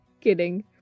Kidding